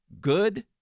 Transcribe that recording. Good